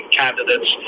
candidates